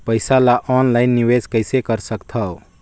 पईसा ल ऑनलाइन निवेश कइसे कर सकथव?